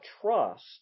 trust